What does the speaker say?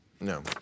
no